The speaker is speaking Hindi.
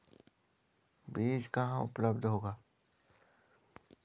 बीज कहाँ उपलब्ध होगा?